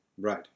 Right